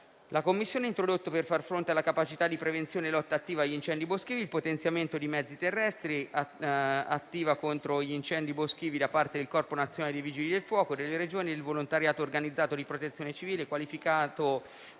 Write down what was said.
La Commissione ha introdotto, per far fronte alla capacità di prevenzione e lotta attiva agli incendi boschivi, il potenziamento dei mezzi terrestri del Corpo nazionale dei vigili del fuoco, delle Regioni e del volontariato organizzato di Protezione civile qualificato